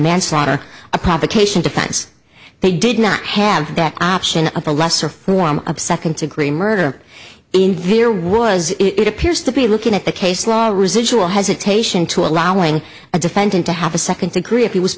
manslaughter a provocation defense they did not have that option of a lesser form of second degree murder in vir was it appears to be looking at the case law a residual hesitation to allowing a defendant to have a second degree if he was